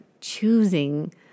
choosing